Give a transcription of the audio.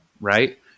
right